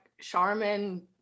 charmin